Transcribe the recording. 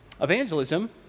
evangelism